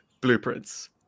blueprints